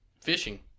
fishing